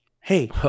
Hey